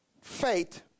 faith